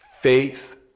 faith